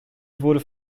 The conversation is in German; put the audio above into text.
wurde